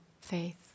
faith